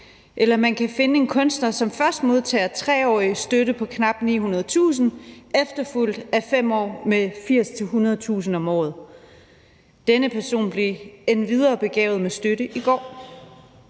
eller at man kan finde en kunstner, som først modtager en 3-årig støtte på knap 900.000 kr. efterfulgt af 5 år med 80.000-100.000 kr. om året. Denne person blev endvidere begavet med støtte i går.